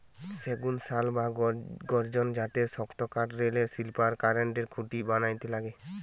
সেগুন, শাল বা গর্জন জাতের শক্তকাঠ রেলের স্লিপার, কারেন্টের খুঁটি বানাইতে লাগে